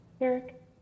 Eric